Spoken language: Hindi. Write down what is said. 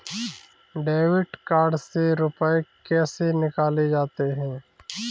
डेबिट कार्ड से रुपये कैसे निकाले जाते हैं?